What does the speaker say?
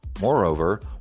Moreover